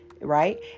right